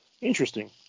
Interesting